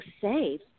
safe